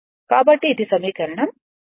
కాబట్టి ఇది సమీకరణం 35